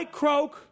croak